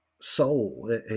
soul